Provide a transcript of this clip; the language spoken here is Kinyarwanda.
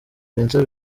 vincent